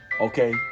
Okay